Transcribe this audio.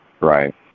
Right